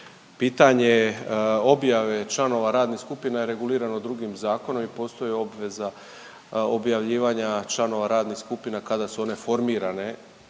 pitanje objave članova radnih skupina je regulirano drugim zakonom i postoji obveza objavljivanja članova radnih skupina kada su one formirane